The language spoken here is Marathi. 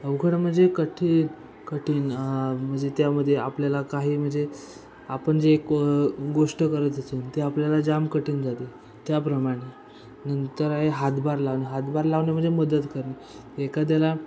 अवघड म्हणजे कठीण कठीण म्हणजे त्यामध्ये आपल्याला काही म्हणजे आपण जे एक गोष्ट करत असू आणि ते आपल्याला जाम कठीण जाते त्याप्रमाणे नंतर आहे हातभार लावणे हातभार लावणं म्हणजे मदत करणे एखाद्याला